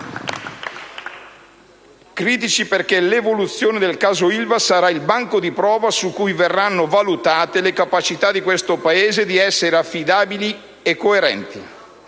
Critici perché l'evoluzione del caso Ilva sarà il banco di prova su cui verranno valutate le capacità di questo Paese di essere affidabile e coerente,